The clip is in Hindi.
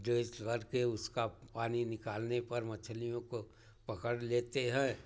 जो इस गढ़कर उसका पानी निकालने पर मछलियों को पकड़ लेते हैं